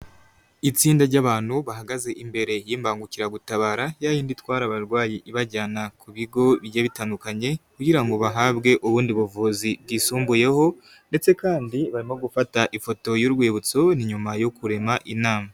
Itsinda ry'abantu bahagaze imbere y'imbangukiragutabara ya y'indi itwara abarwayi ibajyana ku bigo bigiye bitandukanye kugira ngo bahabwe ubundi buvuzi bwisumbuyeho ndetse kandi barimo gufata ifoto y'urwibutso, ni nyuma yo kurema inama.